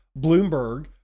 Bloomberg